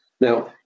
Now